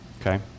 okay